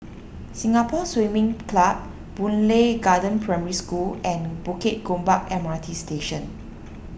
Singapore Swimming Club Boon Lay Garden Primary School and Bukit Gombak M R T Station